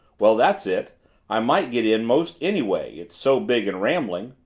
well, that's it i might get in most any way it's so big and rambling.